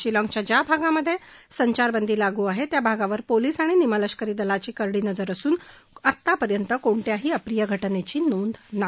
शिलाँगच्या ज्या भागांमधे संचार बंदी लागू आहे त्या भागांवर पोलीस आणि निम लष्करी दलांची करडी नजर असून आतापर्यंत कोणत्याही अप्रिय घटनेची नोंद नाही